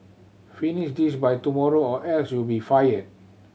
finish this by tomorrow or else you'll be fired